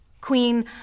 Queen